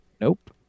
Nope